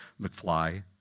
McFly